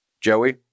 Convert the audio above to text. Joey